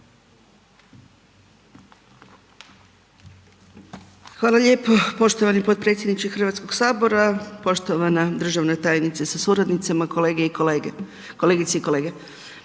Hvala lijepo poštovani potpredsjedniče HS, poštovana državna tajnice sa suradnicom, kolegice i kolege. Zov sirene